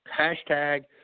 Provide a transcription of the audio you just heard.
Hashtag